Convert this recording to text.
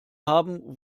haben